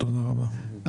תודה רבה.